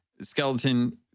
skeleton